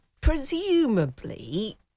presumably